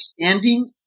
understanding